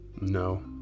No